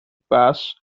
pass